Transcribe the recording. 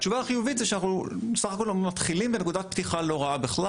התשובה החיובית היא שאנחנו סך הכול מתחילים בנקודת פתיחה לא רעה בכלל.